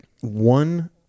one